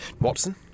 Watson